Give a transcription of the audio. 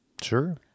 Sure